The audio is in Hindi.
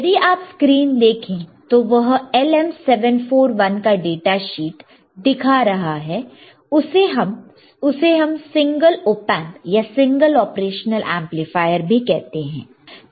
यदि आप स्क्रीन देखें तो वह LM 741 का डाटा शीट दिखा रहा है उसे हम सिंगल ऑपएंप या सिंगल ऑपरेशनल एमप्लीफायर भी कहते हैं